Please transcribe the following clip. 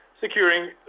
securing